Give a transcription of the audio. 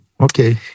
Okay